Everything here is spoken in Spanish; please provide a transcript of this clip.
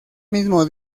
mismo